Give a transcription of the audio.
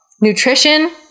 Nutrition